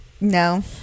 no